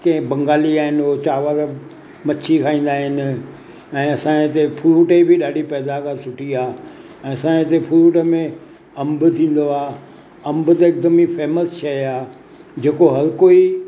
कंहिं बंगाली आहिनि उहो चांवर मछी खाईंदा आहिनि ऐं असांजे हिते फ्रूट जी बि ॾाढी पैदावार सुठी आहे ऐं असांजे हिते फ्रूट में अंब थींदो आहे अंब त हिकदमि फेमस शइ आहे जेको हर कोई